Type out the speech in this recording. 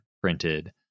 printed